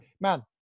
man